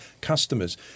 customers